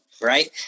right